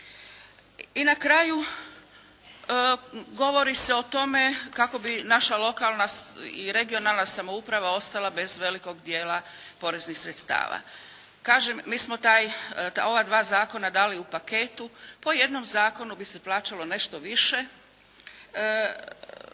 I na kraju govori se o tome kako bi naša lokalna i regionalna samouprava ostala bez velikog dijela poreznih sredstava. Kažem, mi smo ova dva zakona dali u paketu. Po jednom zakonu bi se plaćalo nešto više